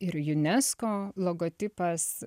ir unesco logotipas